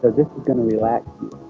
this is going to relax